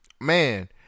Man